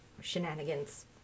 shenanigans